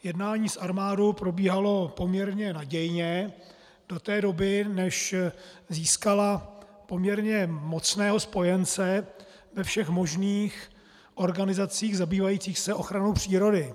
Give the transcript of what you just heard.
Jednání s armádou probíhalo poměrně nadějně do té doby, než získala poměrně mocného spojence ve všech možných organizacích zabývajících se ochranou přírody.